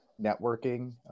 networking